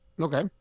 Okay